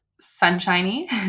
sunshiny